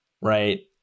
right